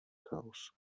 chaos